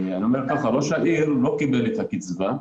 ככה, ראש העיר לא קיבל את הקצבה.